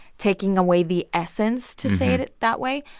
taking away the essence to say it it that way.